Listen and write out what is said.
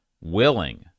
willing